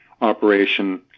Operation